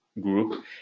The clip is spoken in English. group